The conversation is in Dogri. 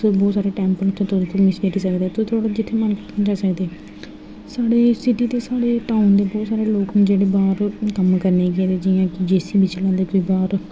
उ'त्थें बहोत सारे टेंपल न उ'त्थें तुस बिलकुल निं हटी सकदे जि'त्थें मन करदा जाई सकदे साढ़े सिटी दे साढ़े टॉप दे बहोत सारे लोग न जेह्ड़े बाहर कम्म करने ई गेदे केईं जे सी बी चलांदे ओह्दे बाद